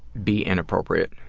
be inappropriate?